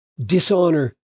dishonor